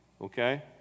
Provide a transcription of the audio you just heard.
Okay